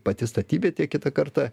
pati statybvietė kitą kartą